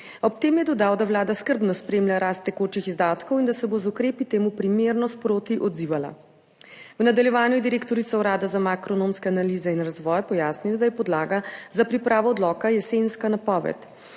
Ob tem je dodal, da Vlada skrbno spremlja rast tekočih izdatkov in da se bo z ukrepi temu primerno sproti odzivala. V nadaljevanju je direktorica Urada za makroekonomske analize in razvoj pojasnila, da je podlaga za pripravo odloka jesenska napoved.